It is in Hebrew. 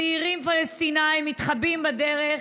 צעירים פלסטינים מתחבאים בדרך,